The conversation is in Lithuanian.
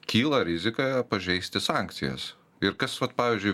kyla rizika pažeisti sankcijas ir kas vat pavyzdžiui